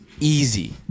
easy